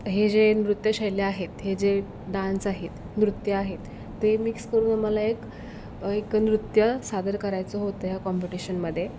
हे जे नृत्यशैल्या आहेत हे जे डान्स आहेत नृत्य आहेत ते मिक्स करून मला एक एक नृत्य सादर करायचं होतं ह्या कॉम्पिटिशनमध्ये